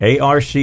Arc